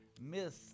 miss